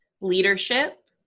Leadership